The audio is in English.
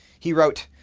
he wrote,